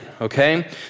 okay